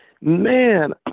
man